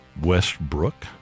Westbrook